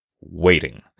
waiting